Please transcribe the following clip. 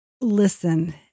listen